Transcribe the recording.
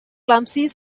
clumsily